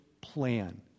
plan